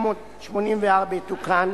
התשמ"ד 1984, יתוקן,